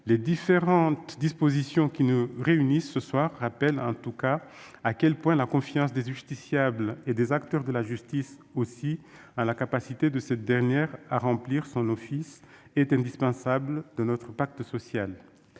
Les différentes dispositions qui nous réunissent ce soir rappellent en tout cas à quel point la confiance des justiciables, mais aussi des acteurs de la justice, en la capacité de cette dernière à remplir son office est indissociable de notre pacte social,